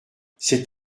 cet